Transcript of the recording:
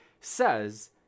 says